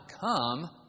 come